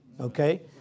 Okay